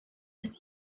fydd